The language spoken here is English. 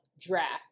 Draft